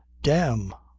damn!